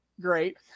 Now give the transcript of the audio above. Great